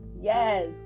Yes